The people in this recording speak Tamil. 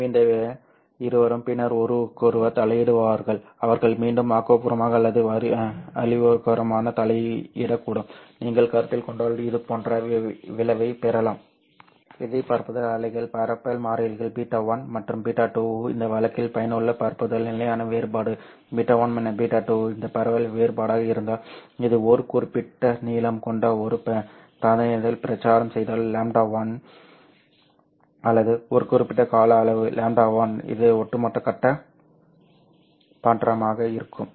எனவே இந்த இருவரும் பின்னர் ஒருவருக்கொருவர் தலையிடுவார்கள் அவர்கள் மீண்டும் ஆக்கபூர்வமாக அல்லது அழிவுகரமாக தலையிடக்கூடும் நீங்கள் கருத்தில் கொண்டால் இதே போன்ற விளைவைப் பெறலாம் எதிர் பரப்புதல் அலைகள் பரவல் மாறிலிகள் β1 மற்றும் β2 இந்த வழக்கில் பயனுள்ள பரப்புதல் நிலையான வேறுபாடு β1 β2 இது பரவல் வேறுபாடாக இருந்தால் இது ஒரு குறிப்பிட்ட நீளம் கொண்ட ஒரு பிராந்தியத்தில் பிரச்சாரம் செய்தால் λ சரி அல்லது ஒரு குறிப்பிட்ட கால அளவு λ இது ஒட்டுமொத்த கட்ட மாற்றமாக இருக்கும்